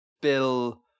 bill